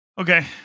Okay